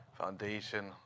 foundation